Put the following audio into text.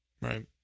right